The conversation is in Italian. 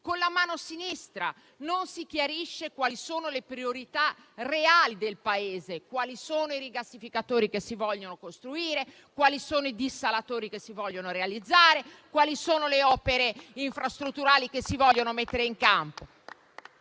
con la mano sinistra, non si chiarisce quali sono le priorità reali del Paese, quali sono i rigassificatori che si vogliono costruire, quali sono i dissalatori che si vogliono realizzare, quali sono le opere infrastrutturali che si vogliono mettere in campo.